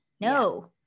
no